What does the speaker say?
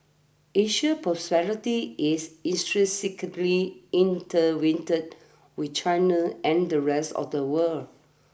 Asia's prosperity is intrinsically intertwined with China's and the rest of the world